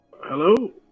hello